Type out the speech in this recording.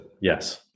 yes